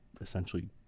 essentially